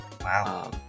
Wow